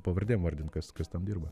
pavardėm vardint kas kas ten dirba